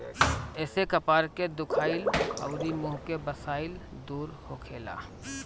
एसे कपार के दुखाइल अउरी मुंह के बसाइल दूर होखेला